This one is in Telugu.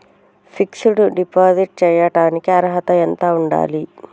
ఫిక్స్ డ్ డిపాజిట్ చేయటానికి అర్హత ఎంత ఉండాలి?